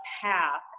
path